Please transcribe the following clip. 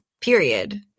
period